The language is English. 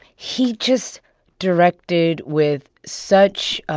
he just directed with such